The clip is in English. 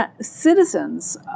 citizens